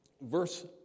verse